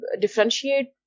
differentiate